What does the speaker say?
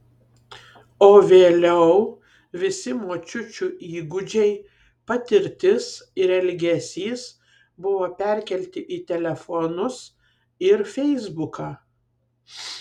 o vėliau visi močiučių įgūdžiai patirtis ir elgesys buvo perkelti į telefonus ir feisbuką